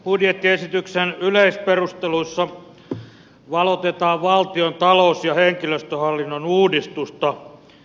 budjettiesityksen yleisperusteluissa valotetaan valtion talous ja henkilöstöhallinnon uudistusta